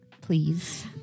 please